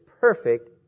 perfect